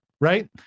Right